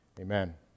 Amen